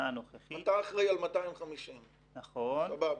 הנוכחית --- אתה אחראי על 250. נכון.